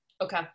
Okay